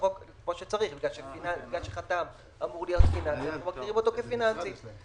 בגלל שחתם אמור להיות פיננסי אנחנו מגדירים אותו כפיננסי.